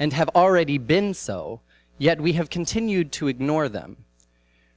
and have already been so yet we have continued to ignore them